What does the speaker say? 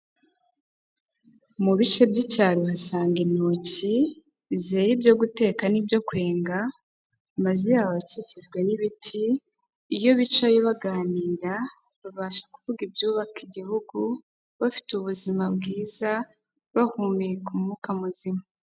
Mu bice by'icyaro uhasanga intocyi zera ibyo guteka n'ibyo kwenga amazu yabo akikijwe n'ibiti iyo bicaye baganira babasha kuvuga iby'ubaka igihugu bafite ubuzima bwiza, bahumeka umwuka muzima.